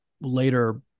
later